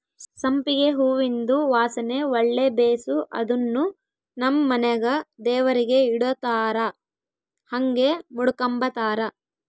ಸಂಪಿಗೆ ಹೂವಿಂದು ವಾಸನೆ ಒಳ್ಳೆ ಬೇಸು ಅದುನ್ನು ನಮ್ ಮನೆಗ ದೇವರಿಗೆ ಇಡತ್ತಾರ ಹಂಗೆ ಮುಡುಕಂಬತಾರ